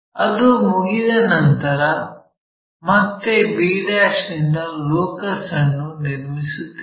ಅದು ಮುಗಿದ ನಂತರ ಮತ್ತೆ b' ಯಿಂದ ಲೋಕಸ್ ಅನ್ನು ನಿರ್ಮಿಸುತ್ತೇವೆ